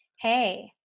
Hey